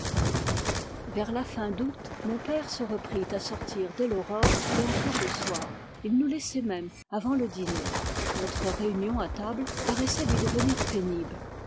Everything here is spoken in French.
vers la fin d'août mon père se reprit à sortir dès l'aurore et encore le soir il nous laissait même avant le dîner notre réunion à table paraissait lui devenir pénible